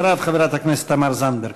אחריו, חברת הכנסת תמר זנדברג.